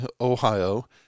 Ohio